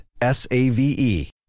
S-A-V-E